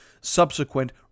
subsequent